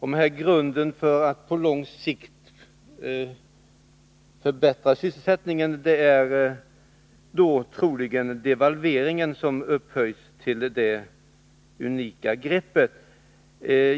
Med grunden för att på lång sikt förbättra sysselsättningen avses då troligen devalveringen, som upphöjts till detta unika grepp.